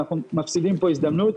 אנחנו מפסידים פה הזדמנות.